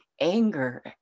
anger